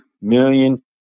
million